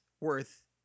worth